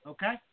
Okay